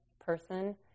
person